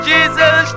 Jesus